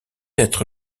être